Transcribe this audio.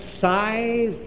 size